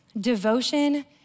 devotion